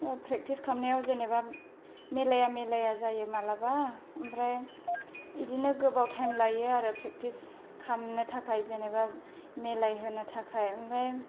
practice खालामनायाव जेनेबा मेलाया मेलाया जायो मालाबा ओमफ्राय इदिनो गोबाव थाइम लायो प्रेक्टिस खालामनो थाखाय जेनेबा मेलाय होनो थाखाय ओमफाय